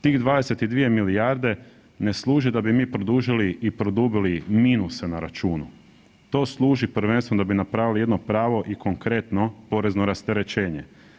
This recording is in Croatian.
Tih 22 milijarde ne služe da bi mi produžili i produbili minuse na računu, to služi prvenstveno da bi napravili jedno pravo i konkretno porezno rasterećenje.